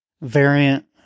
Variant